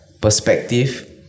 perspective